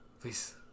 Please